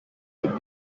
would